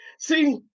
See